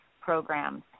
programs